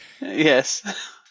Yes